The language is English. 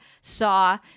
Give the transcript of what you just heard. saw